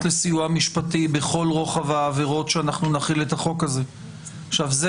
לסיוע משפטי בכל רוחב העבירות שאנחנו נחיל את החוק הזה עליהן.